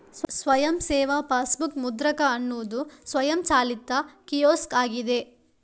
ಸ್ವಯಂ ಸೇವಾ ಪಾಸ್ಬುಕ್ ಮುದ್ರಕ ಅನ್ನುದು ಸ್ವಯಂಚಾಲಿತ ಕಿಯೋಸ್ಕ್ ಆಗಿದೆ